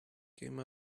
came